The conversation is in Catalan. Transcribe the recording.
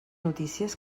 notícies